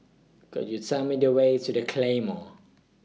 Could YOU Tell Me The Way to The Claymore